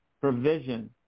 provision